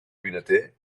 vinater